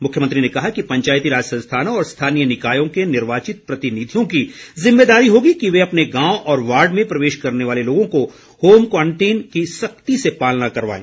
मुख्यमंत्री ने कहा कि पंचायती राज संस्थानों और स्थानीय निकायों के निर्वाचित प्रतिनिधियों की ज़िम्मेदारी होगी कि वे अपने गांव और वार्ड में प्रवेश करने वाले लोगों को होम क्वारंटीन की सख्ती से पालना करवाएं